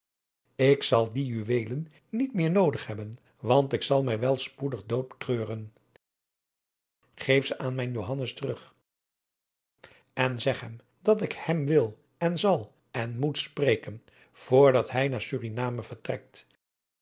ik zal die juweelen niet meer noodig hebben want ik zal mij wel spoedig dood treuren geef ze aan mijn johannes terug en zeg hem dat ik hem wil en zal en moet spreken vr dat hij naar suriname vertrekt